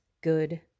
good